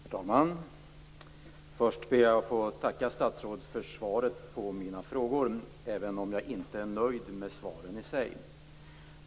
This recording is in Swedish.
Herr talman! Först ber jag att få tacka statsrådet för svaret på mina frågor, även om jag inte är nöjd med svaren i sig.